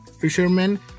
Fishermen